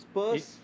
Spurs